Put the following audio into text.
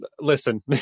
listen